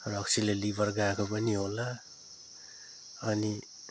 रक्सीले liver गएको पनि होला अनि